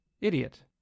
idiot